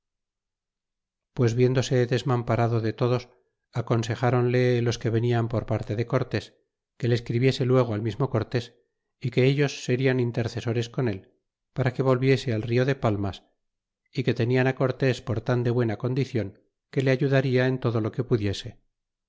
pues viéndose desmamparado de todos aconsejáronle los que venian por parte de cortés que le escribiese luego al mismo cortés é que ellos serian intercesores con él para que volviese al rio de palmas y que tenian á cortés por tan de buena condicion que le ayudarla en todo lo que pudiese